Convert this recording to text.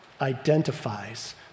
identifies